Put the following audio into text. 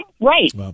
Right